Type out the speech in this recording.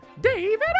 David